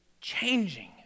changing